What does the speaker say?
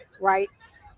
rights